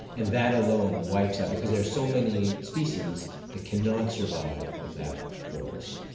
and that alone wipes out. because there are so many species that cannot survive without forest.